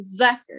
zucker